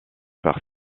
par